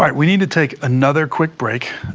like we need to take another quick break,